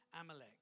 Amalek